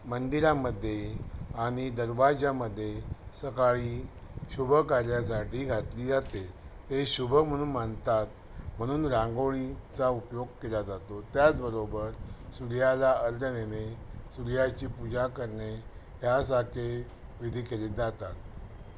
मंदिरामध्ये आणि दरवाजामध्ये सकाळी शुभकार्यासाठी घातली जाते ते शुभ म्हणून मानतात म्हणून रांगोळीचा उपयोग केला जातो त्याचबरोबर सूर्याला अर्घ्य देणे सूर्याची पूजा करणे ह्यासारखे विधी केले जातात